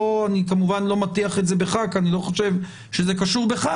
אני כמובן לא מטיח את זה בך כי אני לא חושב שזה קשור בך,